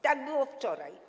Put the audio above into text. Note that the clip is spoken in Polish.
Tak było wczoraj.